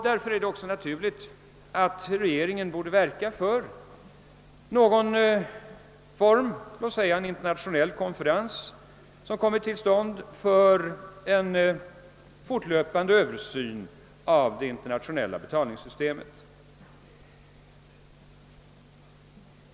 Därför är det också naturligt att regeringen borde verka för någon form, t.ex. genom en återkommande internationell konferens, för en fortlöpande översyn av det internationella betalningssystemet.